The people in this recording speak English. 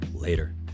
Later